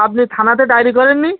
আপনি থানাতে ডায়েরি করেননি